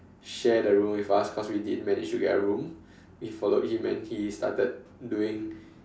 share the room with us cause we didn't manage to get a room we followed him and he started doing